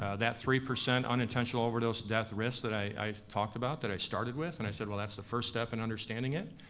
ah that three percent unintentional overdose death risk that i talked about, that i started with, and i said, well that's the first step in understanding it.